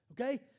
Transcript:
okay